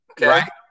Right